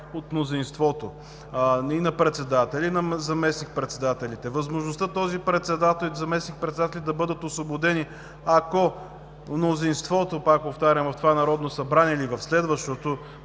от мнозинството – и на председателя, и на заместник-председателите. Възможността този председател и заместник-председатели да бъдат освободени, ако мнозинството, пак повтарям, в това Народно събрание или в следващото